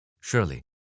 Surely